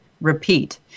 repeat